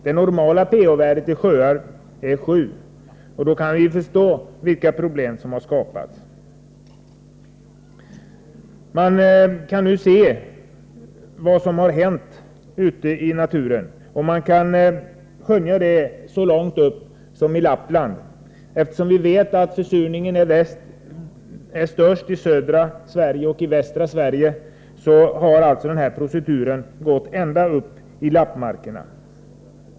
Det normala pH-värdet isjöar är 7. Då kan vi ju förstå vilka problem som har skapats. Man kan nu se vad som har hänt ute i naturen. Man kan då skönja detta problem så långt upp som i Lappland. Vi vet att försurningen är störst i södra Sverige och i västra Sverige, och den här processen har gått ända upp i lappmarkerna.